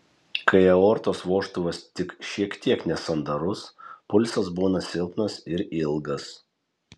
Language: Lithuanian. kai aortos vožtuvas tik šiek tiek nesandarus pulsas būna silpnas ir ilgas